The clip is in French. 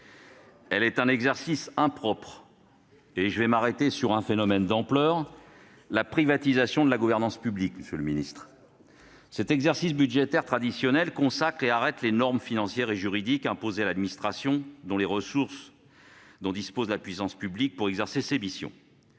C'est un exercice impropre. Je vais m'arrêter sur un phénomène d'ampleur : la privatisation de la gouvernance publique. Cet exercice budgétaire traditionnel vise à arrêter les normes financières et juridiques imposées à l'administration, donc les ressources dont dispose la puissance publique pour exercer ses missions.